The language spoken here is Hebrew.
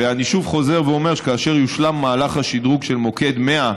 ואני חוזר ואומר שכאשר יושלם מהלך השדרוג של מוקד 100,